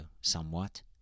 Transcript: somewhat